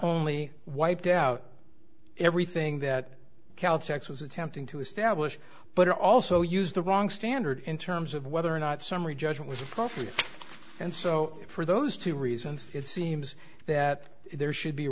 only wiped out everything that keltec was attempting to establish but it also used the wrong standard in terms of whether or not summary judgment was appropriate and so for those two reasons it seems that there should be